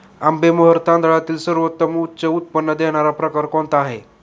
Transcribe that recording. आंबेमोहोर तांदळातील सर्वोत्तम उच्च उत्पन्न देणारा प्रकार कोणता आहे?